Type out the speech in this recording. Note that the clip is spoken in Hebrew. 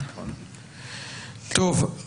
טוב,